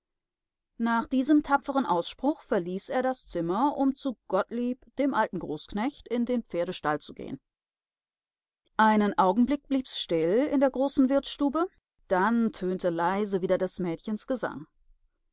nach diesem tapferen ausspruch verließ er das zimmer um zu gottlieb dem alten großknecht in den pferdestall zugehen einen augenblick blieb's still in der großen wirtsstube dann tönte leise wieder des mädchens gesang